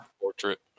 Portrait